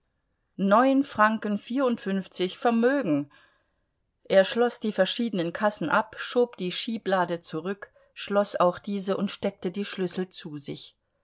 neun franken vierundfünfzig vermögen er schloß die verschiedenen kassen ab schob die schieblade zurück schloß auch diese und steckte die schlüssel zu sich